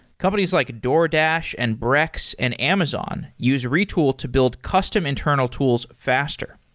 companies like a doordash, and brex, and amazon use retool to build custom internal tools faster.